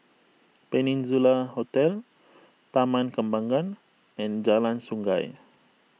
Peninsula Hotel Taman Kembangan and Jalan Sungei